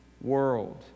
world